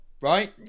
right